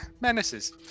menaces